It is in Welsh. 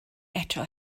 eto